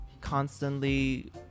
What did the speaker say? constantly